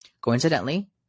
Coincidentally